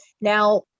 Now